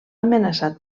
amenaçat